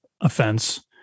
offense